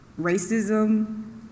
racism